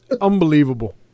Unbelievable